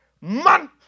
man